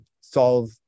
solve